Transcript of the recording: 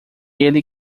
ele